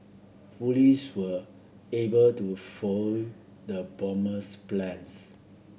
police were able to foil the bomber's plans